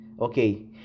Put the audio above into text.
okay